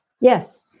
yes